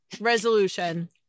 resolution